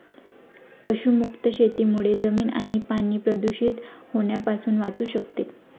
पशुमुक्त शेतीमुळे जमीन आणि पाणी प्रदूषित होण्यापासून वाचू शकते